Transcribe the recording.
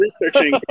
researching